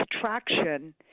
traction